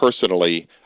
personally